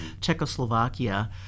Czechoslovakia